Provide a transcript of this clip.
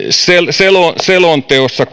selonteossa